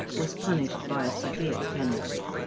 was punished by a severe penalty.